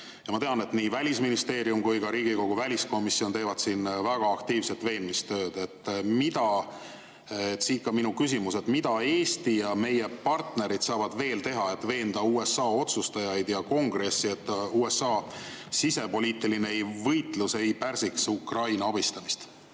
Ja ma tean, et nii Välisministeerium kui ka Riigikogu väliskomisjon teevad siin väga aktiivset veenmistööd. Siit ka minu küsimus. Mida Eesti ja meie partnerid saavad veel teha, et veenda USA otsustajaid ja Kongressi, et USA sisepoliitiline võitlus ei pärsiks Ukraina abistamist?